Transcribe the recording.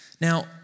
Now